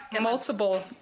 multiple